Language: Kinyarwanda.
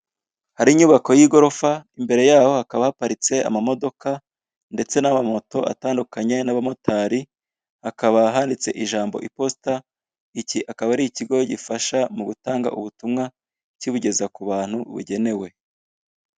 Hari inyubako y'igorofa imbere yaho hakaba haparitse amamodoka, ndetse n'amamoto atandukanye n'abamotari, hakaba handitse ijambo iposita iki akaba ari ikigo gifasha mugutanga ubutumwa kibugeza kubantu bugenewe.